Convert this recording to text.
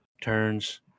turns